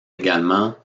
également